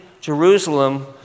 Jerusalem